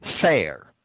fair